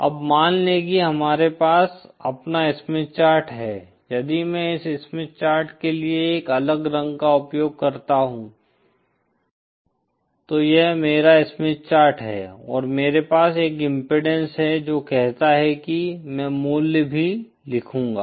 अब मान लें कि हमारे पास अपना स्मिथ चार्ट है यदि मैं इस स्मिथ चार्ट के लिए एक अलग रंग का उपयोग करता हूं तो यह मेरा स्मिथ चार्ट है और मेरे पास एक इम्पीडेन्स है जो कहता है कि मैं मूल्य भी लिखूंगा